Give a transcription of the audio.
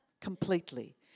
completely